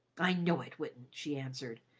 i know it wouldn't, she answered.